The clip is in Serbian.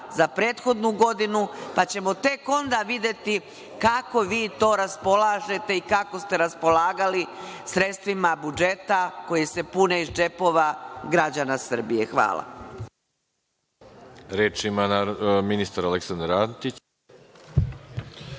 za prethodnu godinu, pa ćemo tek onda videti kako vi to raspolažete i kako ste raspolagali sredstvima budžeta koji se puni iz džepova građana Srbije. Hvala.